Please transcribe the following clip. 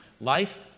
life